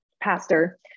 pastor